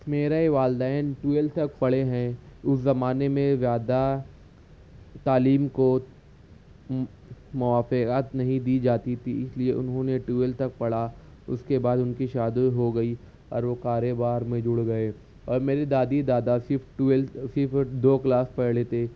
میرے والدین ٹویلتھ تک پڑھے ہیں اس زمانے میں زیادہ تعلیم کو موافعت نہیں دی جاتی تھی اس لیے انہوں نے ٹویلتھ تک پڑھا اس کے بعد ان کی شادی ہو گئی اور وہ کارو بار میں جڑ گئے اور میری دادی دادا صرف ٹویلتھ صرف دو کلاس پڑھے تھے